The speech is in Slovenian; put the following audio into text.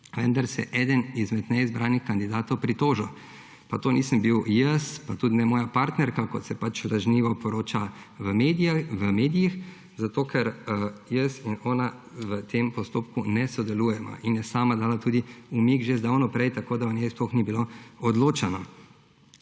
vendar se je eden izmed neizbranih kandidatov pritožil, pa to nisem bil jaz, pa tudi ne moja partnerka, kot se pač lažnivo poroča v medijih, zato ker jaz in ona v tem postopku ne sodelujeva in je sama dala tudi umik že zdavnaj prej, tako da o njej sploh ni bilo odločeno.